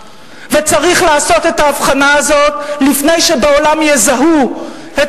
וצריך לעשות את ההבחנה הזאת לפני שבעולם יזהו את